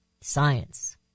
Science